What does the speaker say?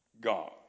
God